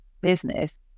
business